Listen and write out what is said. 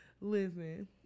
Listen